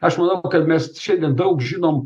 aš manau kad mes šiandien daug žinom